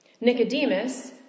Nicodemus